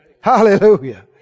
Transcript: Hallelujah